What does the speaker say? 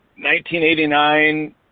1989